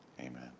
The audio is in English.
Amen